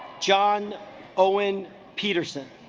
john owen peterson